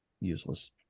useless